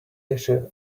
issue